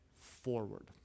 forward